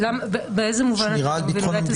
באיזה מובן אתה לא מבין?